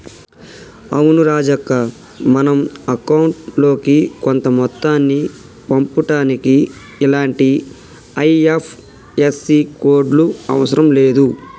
అవును రాజక్క మనం అకౌంట్ లోకి కొంత మొత్తాన్ని పంపుటానికి ఇలాంటి ఐ.ఎఫ్.ఎస్.సి కోడ్లు అవసరం లేదు